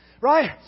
Right